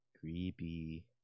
Creepy